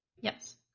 yes